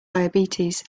diabetes